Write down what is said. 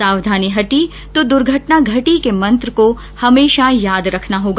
सावधानी हटी तो दुर्घटना घटी के मंत्र को हमेशा याद रखना होगा